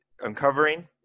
uncovering